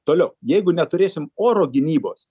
toliau jeigu neturėsim oro gynybos